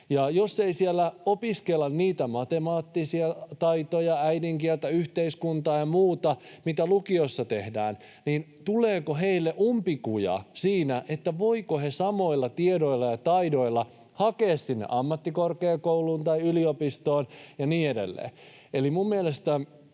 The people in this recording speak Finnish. jos ei siellä opiskella niitä matemaattisia taitoja, äidinkieltä, yhteiskuntaa ja muuta, mitä lukiossa tehdään, niin tuleeko heille umpikuja siinä, voivatko he samoilla tiedoilla ja taidoilla hakea ammattikorkeakouluun tai yliopistoon ja niin edelleen?